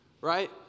right